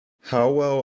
howell